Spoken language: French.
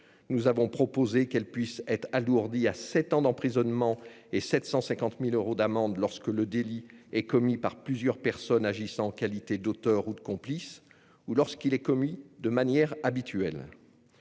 Nous avons proposé qu'elles puissent être alourdies à sept ans d'emprisonnement et 750 000 euros d'amende lorsque le délit est commis par plusieurs personnes agissant en qualité d'auteurs ou de complices ou lorsqu'il est commis de manière habituelle.